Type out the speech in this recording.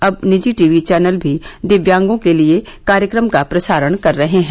अब निजी TV channel भी दिव्यांगों के लिए कार्यक्रमों का प्रसारण कर रहे हैं